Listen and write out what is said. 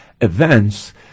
events